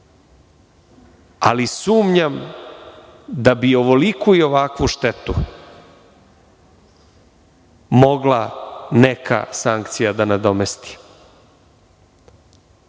Ali, sumnjam da bi ovoliku i ovakvu štetu mogla neka sankcija da nadomesti.